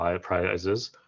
prizes